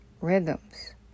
rhythms